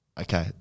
Okay